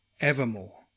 evermore